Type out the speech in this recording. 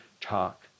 talk